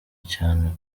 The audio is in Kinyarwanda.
cyane